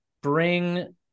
bring